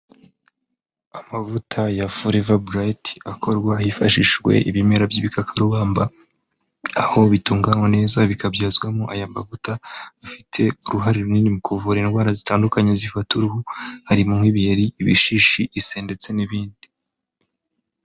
Amavuta ya Forever Bright akorwa hifashishijwe ibimera by'ibikakrubamba, aho bitunganywa neza bikabyazwamo aya mavuta afite uruhare runini mu kuvura indwara zitandukanye zifata uruhu, harimo nk'ibiheri, ibishishi, ise ndetse n'ibindi.